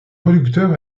producteur